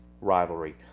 rivalry